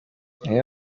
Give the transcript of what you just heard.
bamwe